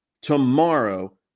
tomorrow